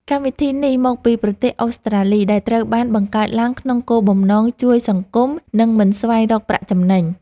កម្មវិធីនេះមកពីប្រទេសអូស្ត្រាលីដែលត្រូវបានបង្កើតឡើងក្នុងគោលបំណងជួយសង្គម និង មិនស្វែងរកប្រាក់ចំណេញ។